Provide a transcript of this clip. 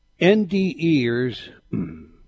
NDEers